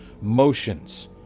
motions